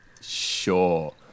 Sure